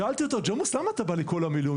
שאלתי אותו: ג'מוס, למה אתה בא לכל המילואים?